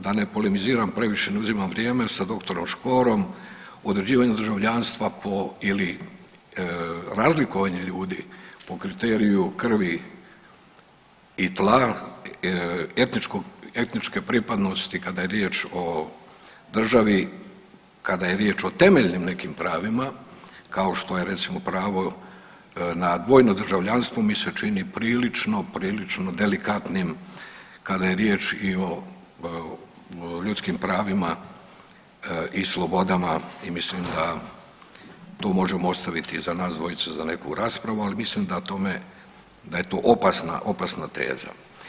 Da ne polemiziram previše, ne uzimam vrijeme, sa dr. Škorom u određivanju državljanstva po ili razlikovanje ljudi po kriteriju krvi i tla, etničke pripadnosti kada je riječ o državi, kada je riječ o temeljnim nekim pravima, kao što je recimo pravo na dvojno državljanstvo mi se čini prilično, prilično delikatnim kada je riječ i o ljudskim pravima i slobodama i mislim da to možemo ostaviti i za nas dvojicu za neku raspravu, ali mislim da tome, da je to opasna, opasna teza.